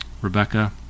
Rebecca